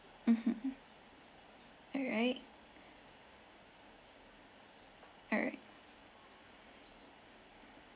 mmhmm alright alright